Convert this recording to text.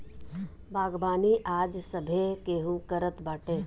बागवानी आज सभे केहू करत बाटे